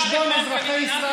זה